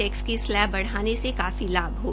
tax की slab बढ़ाने से काफी लाभ होगा